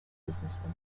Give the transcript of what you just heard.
businessman